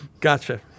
Gotcha